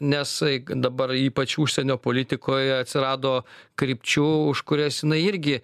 nes dabar ypač užsienio politikoj atsirado krypčių už kurias jinai irgi